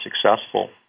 successful